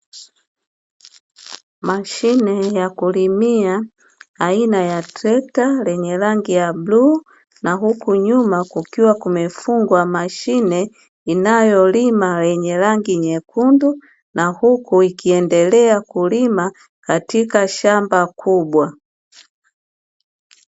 Mashine ya kulimia aina ya trekta lenye rangi ya bluu, na huku nyuma kukiwa kumefungwa mashine inayolima yenye rangi nyekundu, na huku ikiendelea kulima katika shamba kubwa.